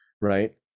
right